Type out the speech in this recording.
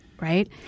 Right